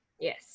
yes